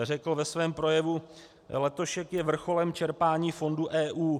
Řekl ve svém projevu: Letošek je vrcholem čerpání fondů EU.